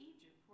Egypt